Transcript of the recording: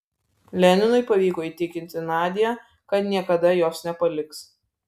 leninui pavyko įtikinti nadią kad niekada jos nepaliks